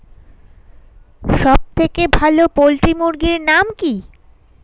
সবথেকে ভালো পোল্ট্রি মুরগির নাম কি?